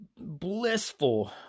blissful